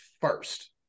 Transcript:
first